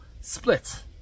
split